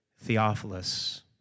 Theophilus